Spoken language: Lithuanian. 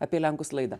apie lenkus laidą